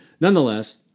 Nonetheless